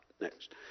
next